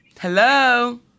Hello